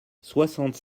soixante